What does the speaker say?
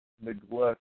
neglect